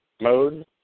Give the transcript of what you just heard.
mode